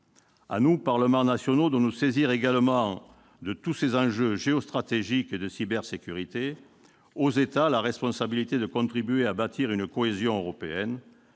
À nous, parlements nationaux, de nous saisir également de tous ces enjeux géostratégiques et de cybersécurité ; aux États, la responsabilité de contribuer à bâtir une cohésion européenne.